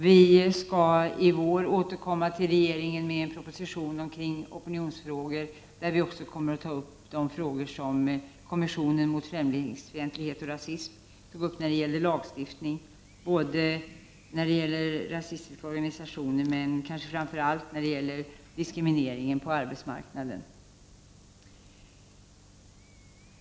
Vi skall i vår komma till riksdagen med en proposition i opinionsfrågor, där vi kommer att ta upp även de frågor som kommissionen mot främlingsfientlighet och rasism berört. Det gäller rasistiska organisationer men framför allt diskriminering på arbetsmarknaden.